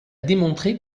démontré